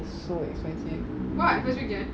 so expensive what because we get